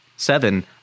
Seven